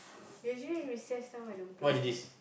usually recess time I don't play games